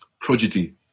Prodigy